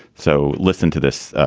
so listen to this.